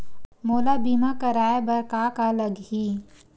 मोला बीमा कराये बर का का लगही?